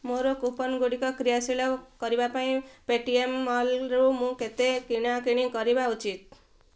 ମୋ କୁପନ୍ ଗୁଡ଼ିକ କ୍ରିୟାଶୀଳ କରିବା ପାଇଁ ପେ ଟି ଏମ୍ ମଲ୍ରୁ ମୁଁ କେତେ କିଣା କିଣି କରିବା ଉଚିତ